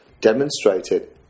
demonstrated